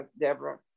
Deborah